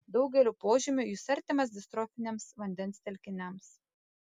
daugeliu požymių jis artimas distrofiniams vandens telkiniams